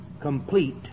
complete